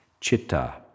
Chitta